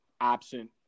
absent –